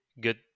good